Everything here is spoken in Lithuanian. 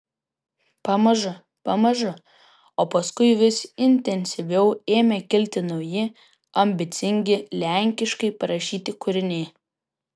pamažu pamažu o paskui vis intensyviau ėmė kilti nauji ambicingi lenkiškai parašyti kūriniai